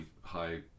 high